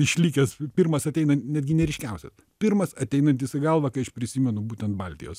išlikęs pirmas ateina netgi ne ryškiausias pirmas ateinantis į galvą kai aš prisimenu būtent baltijos